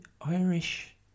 Irish